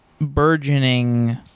burgeoning